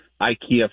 IKEA